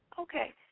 Okay